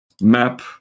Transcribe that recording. map